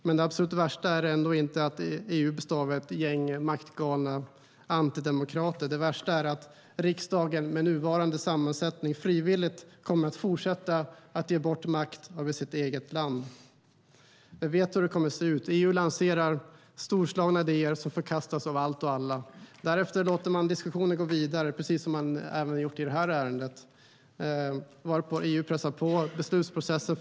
Men det absolut värsta är ändå inte att EU består av ett gäng maktgalna antidemokrater. Det värsta är att riksdagen med nuvarande sammansättning frivilligt kommer att fortsätta ge bort makt över sitt eget land. Vi vet hur det kommer att se ut. EU lanserar storslagna idéer som förkastas av allt och alla. Därefter låter man diskussionen gå vidare, precis som man har gjort i detta ärende, varpå EU pressar på beslutsprocessen.